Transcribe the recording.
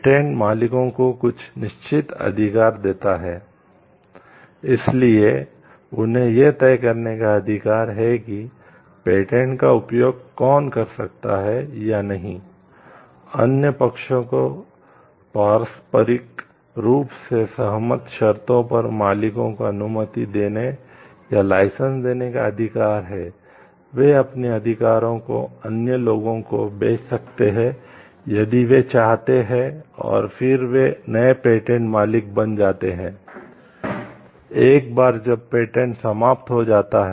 patent मालिकों को कुछ निश्चित अधिकार देता है इसलिए उन्हें यह तय करने का अधिकार है कि पेटेंट का वर्तमान मालिक अब मालिक नहीं है